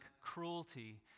cruelty